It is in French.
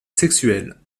sexuel